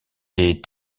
ait